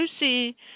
Lucy